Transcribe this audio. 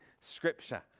Scripture